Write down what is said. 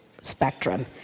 spectrum